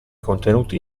contenuti